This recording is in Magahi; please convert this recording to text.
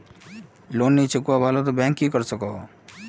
लोन नी चुकवा पालो ते बैंक की करवा सकोहो?